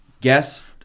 Guest